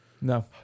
No